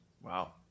Wow